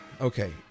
Okay